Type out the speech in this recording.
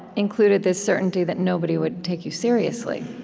included this certainty that nobody would take you seriously.